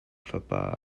fapa